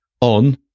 on